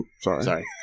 Sorry